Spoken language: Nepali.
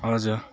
हजुर